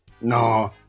No